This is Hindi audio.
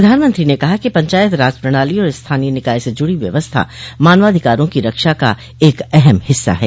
प्रधानमंत्री ने कहा पंचायत राज प्रणाली और स्थानीय निकाय से जुड़ी व्यवस्था मानवाधिकारों की रक्षा का एक अहम हिस्सा है